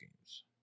games